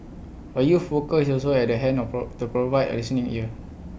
A youth worker is also at the hand of pro to provide A listening ear